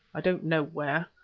i don't know where.